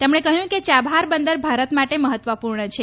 તેમણે કહ્યું કે ચાબદાર બંદર ભારત માટે મહત્વપૂર્ણ છે